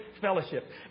fellowship